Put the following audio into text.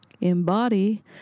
embody